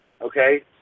Okay